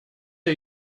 are